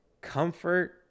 comfort